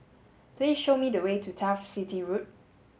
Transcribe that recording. please show me the way to Turf City Road